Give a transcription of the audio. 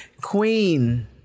queen